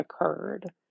occurred